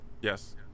Yes